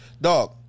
Dog